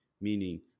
meaning